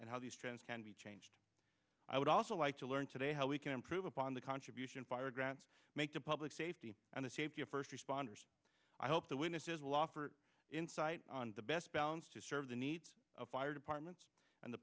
and how these trends can be changed i would also like to learn today how we can improve upon the contribution paragraphs make to public safety and the safety of first responders i hope the witnesses will offer insight on the best balance to serve the needs of fire departments and the